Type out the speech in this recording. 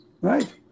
Right